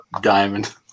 Diamond